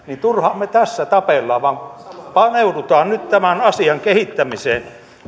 turhaan tässä tapellaan vaan paneudutaan nyt tämän asian kehittämiseen